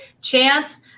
Chance